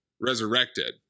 resurrected